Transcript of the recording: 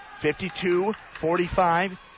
52-45